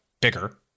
bigger